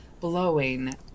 blowing